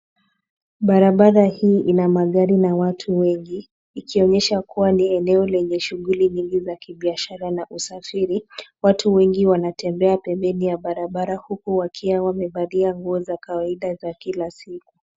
Barabara hii ina magari na watu wengi ikionyesha kuwa ni eneo lenye shughuli nyingi za kibiashara na usafiri. watu wengi wanatembea pembeni ya barabara huku wakiwa wamevalia nguo za kawaida za kila siku.